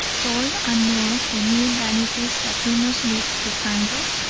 toil and moil for mere vanities that we must leave behind us?